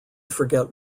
forget